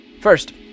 First